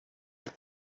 que